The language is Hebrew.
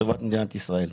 לטובת מדינת ישראל.